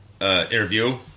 Interview